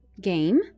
game